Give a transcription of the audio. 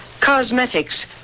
cosmetics